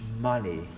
money